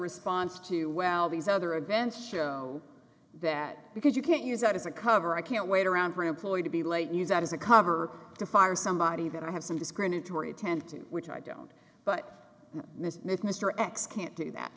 response to well these other events show that because you can't use that as a cover i can't wait around for employee to be late use that as a cover to fire somebody that i have some discriminatory attentive which i don't but this with mr x can't do that